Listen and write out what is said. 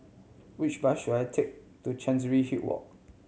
which bus should I take to Chancery Hill Walk